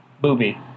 booby